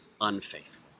unfaithful